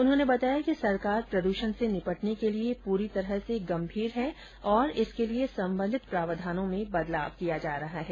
उन्होंने बताया कि सरकार प्रदृषण से निपटने के लिए पूरी तरह से गंमीर है और इसके लिए संबंधित प्रावधानों में बदलाव किया जा रहा है